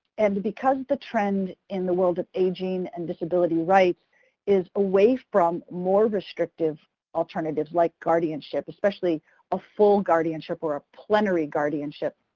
and because the trend in the world of aging and disability rights is away from more restrictive alternatives like guardianship, especially a full guardianship or a plenary guardianship,